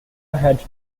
had